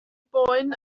boen